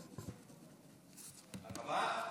אתה בא?